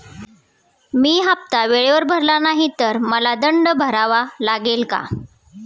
मी हफ्ता वेळेवर भरला नाही तर मला दंड भरावा लागेल का?